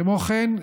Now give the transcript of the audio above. כמו כן,